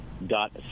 dot